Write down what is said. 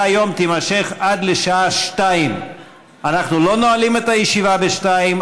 היום תימשך עד השעה 14:00. אנחנו לא נועלים את הישיבה ב-14:00,